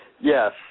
Yes